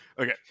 okay